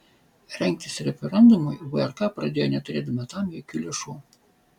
rengtis referendumui vrk pradėjo neturėdama tam jokių lėšų